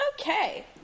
Okay